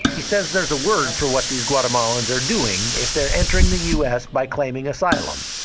he says there's a word for what these guatemalans are doing if they are entering the u s. by claiming asylum.